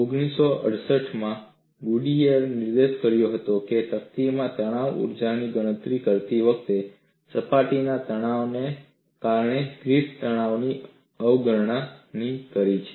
1968 માં ગુડિયરે નિર્દેશ કર્યો હતો કે તકતીમાં તાણ ઊર્જાની ગણતરી કરતી વખતે સપાટીના તણાવને કારણે ગ્રિફિથે તણાવની અવગણના કરી છે